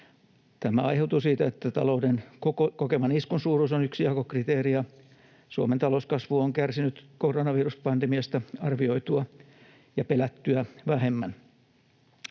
Tämä aiheutuu siitä, että talouden kokeman iskun suuruus on yksi jakokriteeri ja Suomen talouskasvu on kärsinyt koronaviruspandemiasta arvioitua ja pelättyä vähemmän.